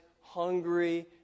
hungry